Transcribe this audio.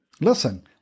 Listen